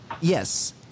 yes